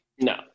No